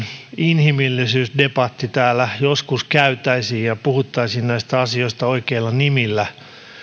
inhimillisyysdebatti täällä joskus käytäisiin ja puhuttaisiin näistä asioista oikeilla nimillä